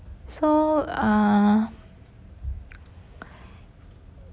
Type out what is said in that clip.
so uh